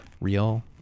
real